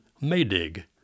Maydig